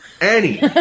Annie